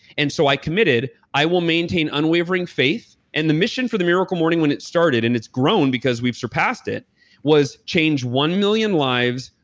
and so i committed, i will maintain unwavering faith, and the mission for the miracle morning when it started, and it's grown because we've surpassed it was change one million lives,